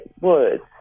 words